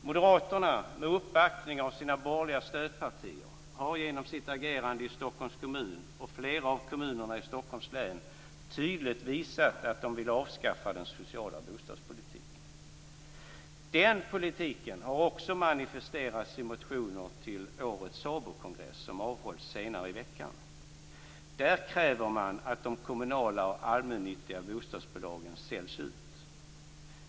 Moderaterna - med uppbackning av sina borgerliga stödpartier - har genom sitt agerande i Stockholms kommun och i flera av kommunerna i Stockholms län tydligt visat att de vill avskaffa den sociala bostadspolitiken. Denna politik har också manifesterats i motioner till årets SABO-kongress som avhålls senare i veckan. Där kräver man att de kommunala och allmännyttiga bostadsbolagen säljs ut.